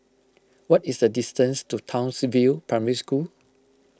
what is the distance to Townsville Primary School